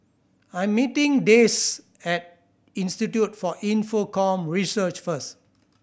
I'm meeting Dayse at Institute for Infocomm Research first